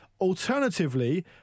alternatively